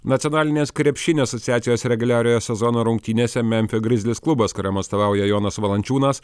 nacionalinės krepšinio asociacijos reguliariojo sezono rungtynėse memfio grizlis klubas kuriam atstovauja jonas valančiūnas